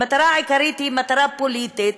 המטרה העיקרית היא מטרה פוליטית,